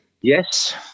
Yes